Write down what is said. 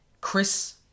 Chris